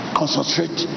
concentrate